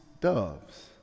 doves